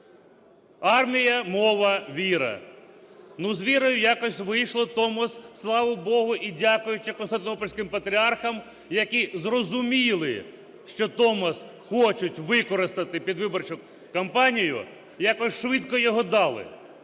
"Армія. Мова. Віра". Ну, з вірою якось вийшло. Томос, слава Богу, і, дякуючи константинопольським патріархам, які зрозуміли, що Томос хочуть використати під виборчу кампанію, якось швидко його дали.